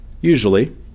Usually